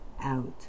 out